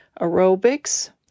aerobics